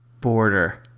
border